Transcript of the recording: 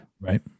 Right